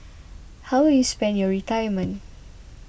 how will you spend your retirement